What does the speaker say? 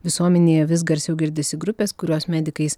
visuomenėje vis garsiau girdisi grupės kurios medikais